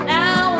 Now